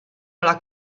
dalla